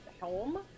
home